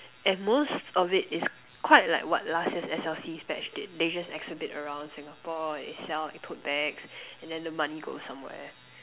and most of it it's quite like what last year what S_L_C batch did they just exhibit around Singapore they sell like tote bags and then the money goes somewhere